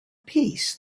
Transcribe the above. peace